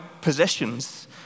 possessions